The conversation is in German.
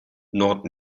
nord